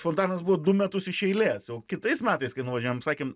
fontanas buvo du metus iš eilės jau kitais metais kai nuvažiavom sakėm